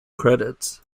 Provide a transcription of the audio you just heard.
credits